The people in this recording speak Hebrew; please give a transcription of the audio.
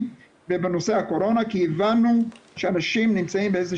ובנושא הקורונה כי הבנו שאנשים נמצאים באיזו